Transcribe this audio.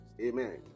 Amen